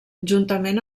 juntament